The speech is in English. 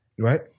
Right